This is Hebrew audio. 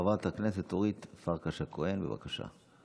חברת הכנסת אורית פרקש הכהן, בבקשה.